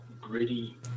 gritty